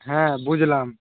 হ্যাঁ বুঝলাম